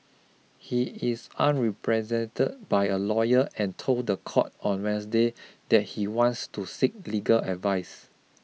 he is unrepresented by a lawyer and told the court on Wednesday that he wants to seek legal advice